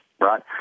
right